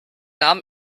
nahm